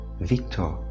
Victor